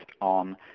on